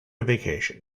vacation